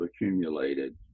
accumulated